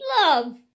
love